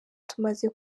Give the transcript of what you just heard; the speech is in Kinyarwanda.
tumaze